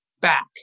back